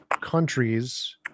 countries